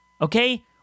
Okay